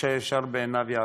איש הישר בעיניו יעשה.